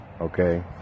okay